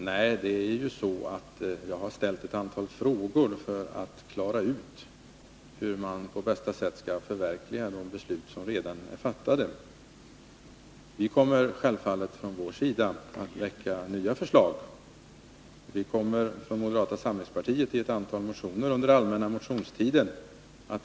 Jag vill då peka på att jag har ställt ett antal frågor för att klara ut hur man på bästa sätt skall förverkliga de beslut som redan är fattade. Från moderata samlingspartiets sida kommer vi självfallet att väcka nya förslag. Vi kommer att väcka förslag på det här området under den allmänna motionstiden.